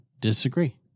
Disagree